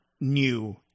new